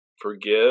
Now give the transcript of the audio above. forgive